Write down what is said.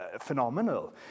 phenomenal